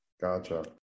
Gotcha